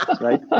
right